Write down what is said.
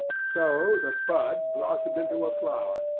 so the bud blossomed into a flower,